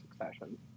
succession